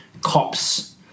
cops